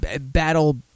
battle